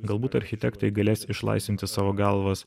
galbūt architektai galės išlaisvinti savo galvas